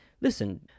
Listen